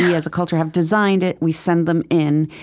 as a culture, have designed it. we send them in,